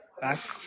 back